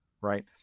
right